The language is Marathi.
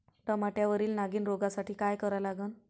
टमाट्यावरील नागीण रोगसाठी काय करा लागन?